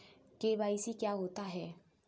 KYC क्या होता है?